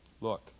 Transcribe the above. Look